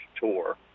tour